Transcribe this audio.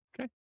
Okay